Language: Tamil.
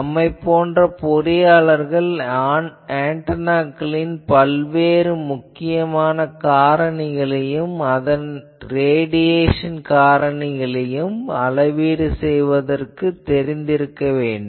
நம்மைப் போன்ற பொறியாளர்கள் ஆன்டெனாக்களின் பல்வேறு முக்கிய காரணிகளையும் அதன் ரேடியேசன் காரணிகளையும் அளவீடு செய்வதற்கு தெரிந்திருக்க வேண்டும்